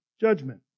judgment